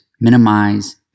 minimize